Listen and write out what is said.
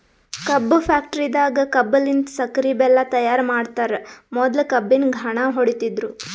ಕಬ್ಬ್ ಫ್ಯಾಕ್ಟರಿದಾಗ್ ಕಬ್ಬಲಿನ್ತ್ ಸಕ್ಕರಿ ಬೆಲ್ಲಾ ತೈಯಾರ್ ಮಾಡ್ತರ್ ಮೊದ್ಲ ಕಬ್ಬಿನ್ ಘಾಣ ಹೊಡಿತಿದ್ರು